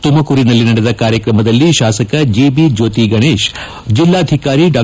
ತುಮಕೂರಿನಲ್ಲಿ ನಡೆದ ಕಾರ್ಯಕ್ರಮದಲ್ಲಿ ಶಾಸಕ ಜಿಬಿ ಜ್ಲೋತಿ ಗಣೇಶ್ ಜಿಲ್ಲಾಧಿಕಾರಿ ಡಾ